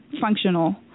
functional